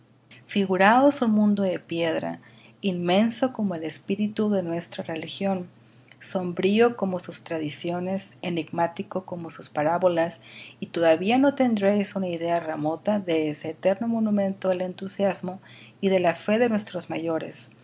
figuráos un mundo de piedra inmenso como el espíritu de nuestra religión sombrío como sus tradiciones enigmático como sus parábolas y todavía no tendréis una idea remota de ese eterno monumento del entusiasmo y la fe de nuestros mayores